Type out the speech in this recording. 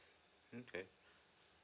mm okay